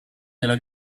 della